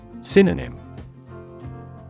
Synonym